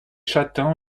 châtain